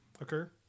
occur